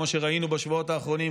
וכמו שראינו בשבועות האחרונים,